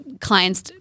clients